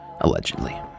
allegedly